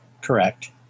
Correct